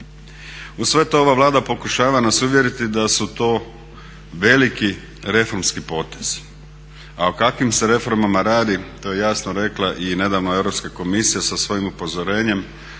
Uz sve to ova Vlada pokušava nas uvjeriti da su to veliki reformski potezi, a o kakvim se reformama radi to je jasno rekla i nedavno Europska komisija sa svojim upozorenjem